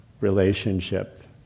relationship